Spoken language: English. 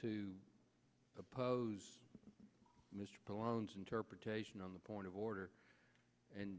to oppose mr the loans interpretation on the point of order and